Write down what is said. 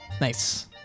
Nice